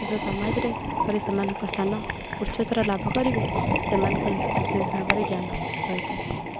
କିନ୍ତୁ ସମାଜରେ ଏପରି ସେମାନଙ୍କ ସ୍ଥାନ ଉଚ୍ଚତର ଲାଭ କରିବେ ସେମାନଙ୍କୁ ବିଶେଷ ଭାବରେ ଜ୍ଞାନ ରହିଥାଏ